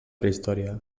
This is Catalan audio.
prehistòria